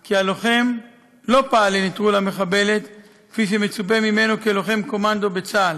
כי הלוחם לא פעל לנטרול המחבלת כפי שמצופה ממנו כלוחם קומנדו בצה"ל.